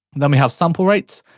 then we have sample rates.